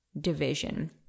division